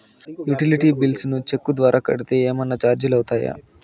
Utility bills ను cheque ద్వారా కట్టితే ఏమన్నా చార్జీలు అవుతాయా?